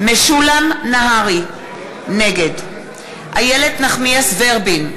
נגד איילת נחמיאס ורבין,